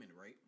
right